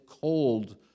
cold